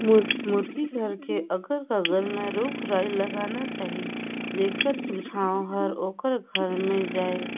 मुरगी घर के अगर कगर में रूख राई लगाना चाही जेखर छांए हर ओखर घर में आय